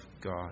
God